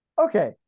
Okay